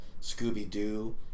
Scooby-Doo